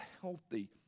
healthy